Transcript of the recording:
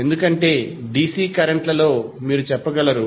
ఎందుకంటే DC current లలో మీరు చెప్పగలరు